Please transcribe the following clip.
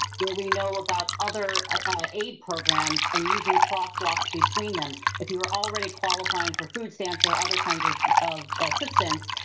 where we know about other aid programs and using crosswalks between them. if you were already qualifying for food stamps or other kinds of of assistance,